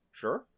sure